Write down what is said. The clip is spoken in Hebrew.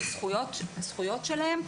הזכויות שלהם.